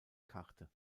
karte